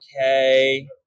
Okay